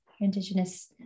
indigenous